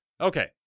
Okay